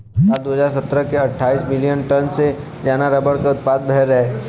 साल दू हज़ार सत्रह में अट्ठाईस मिलियन टन से जादा रबर क उत्पदान भयल रहे